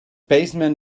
baseman